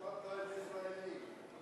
אפרטהייד ישראלי.